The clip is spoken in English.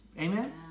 Amen